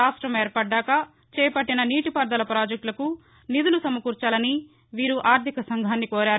రాష్టం ఏర్పధ్దాక చేపట్టిన నీటి పారుదల పాజెక్టులకు నిధులు సమకూర్చాలని వీరు ఆర్దిక సంఘాన్ని కోరారు